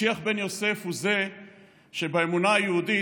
משיח בן יוסף הוא זה שבאמונה היהודית